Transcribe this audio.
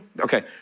okay